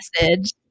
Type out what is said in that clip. message